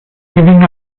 giving